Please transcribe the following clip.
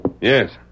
Yes